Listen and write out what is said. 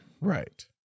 Right